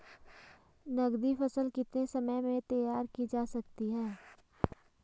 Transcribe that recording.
नगदी फसल कितने समय में तैयार की जा सकती है?